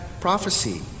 prophecy